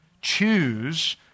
Choose